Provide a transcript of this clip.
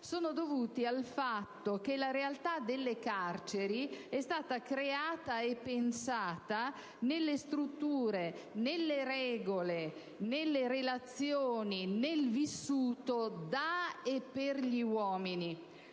sono dovuti al fatto che la realtà delle carceri è stata creata e pensata nelle strutture, nelle regole, nelle relazioni, nel vissuto da e per gli uomini.